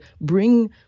bring